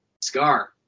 Scar